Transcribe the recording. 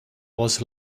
was